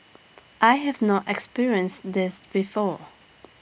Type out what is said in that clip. I have not experienced this before